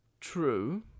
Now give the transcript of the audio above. True